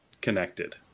connected